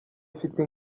ifite